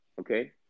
okay